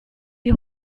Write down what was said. die